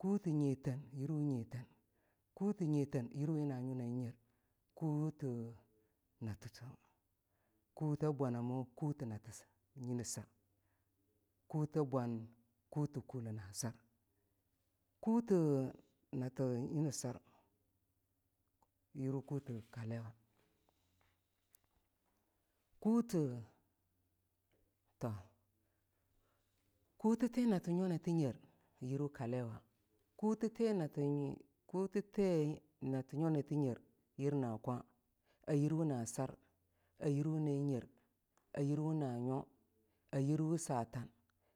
kute nyiteen yirwu nyiteen kute nyiteen yirwu na nyo na nyer kulewo ayirwu kaliwa kute ti nati nyo nati nyer yirwu kalila kute na nyona nyer yirwu na kwa a yirwu na sar a yirwu na nyer ayirwu na nyo a yirwu satan